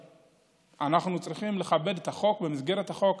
אנחנו צריכים לכבד את החוק, במסגרת החוק,